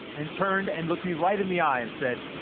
and turned and looked me right in the eye and said,